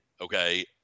okay